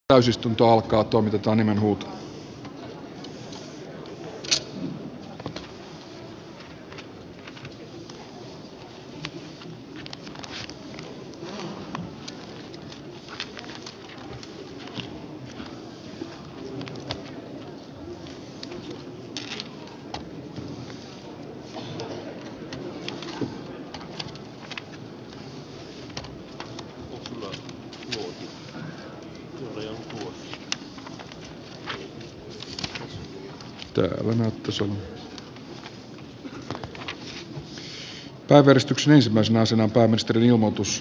nyt annetaan pääministerin ilmoitus transatlanttisesta kauppa ja investointikumppanuussopimuksesta